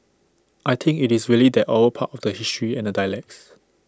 I think IT is really that oral part of the history and the dialects